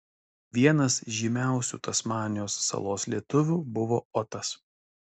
vienas žymiausių tasmanijos salos lietuvių buvo otas